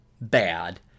bad